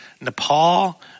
Nepal